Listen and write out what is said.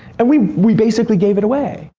and we we basically gave it away.